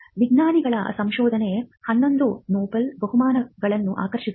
ವಿಜ್ಞಾನಿಗಳ ಸಂಶೋಧನೆ 11 ನೊಬೆಲ್ ಬಹುಮಾನಗಳನ್ನು ಆಕರ್ಷಿಸಿದೆ